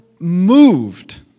moved